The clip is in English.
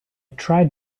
tried